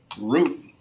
Root